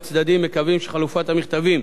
והצדדים מקווים שחליפת המכתבים